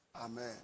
Amen